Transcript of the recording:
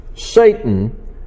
Satan